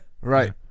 Right